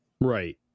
Right